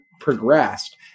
progressed